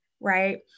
right